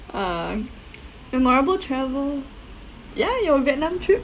uh memorable travel ya your vietnam trip